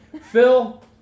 Phil